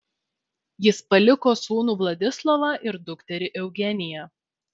jis paliko sūnų vladislovą ir dukterį eugeniją